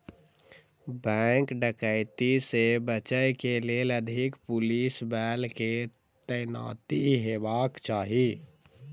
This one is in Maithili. बैंक डकैती से बचय के लेल अधिक पुलिस बल के तैनाती हेबाक चाही